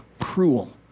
cruel